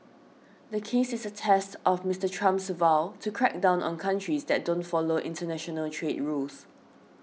the case is a test of Mister Trump's vow to crack down on countries that don't follow international trade rules